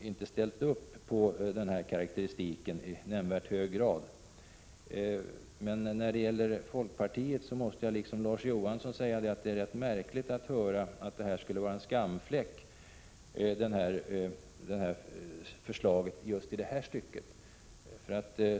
inte ställt sig bakom karakteristiken av allmänrepresentanterna i nämnvärd grad. Men när det gäller folkpartiet måste jag liksom Larz Johansson säga att det är rätt märkligt att höra att förslaget skulle vara en skamfläck, just i detta stycke.